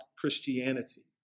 Christianity